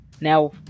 Now